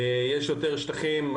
יש יותר שטחים.